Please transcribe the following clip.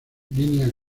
línea